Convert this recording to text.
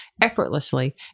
effortlessly